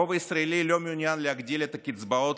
הרוב הישראלי לא מעוניין להגדיל את הקצבאות